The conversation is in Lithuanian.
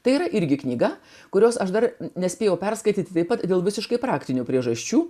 tai yra irgi knyga kurios aš dar nespėjau perskaityti taip pat dėl visiškai praktinių priežasčių